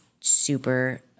Super